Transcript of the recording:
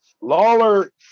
Lawler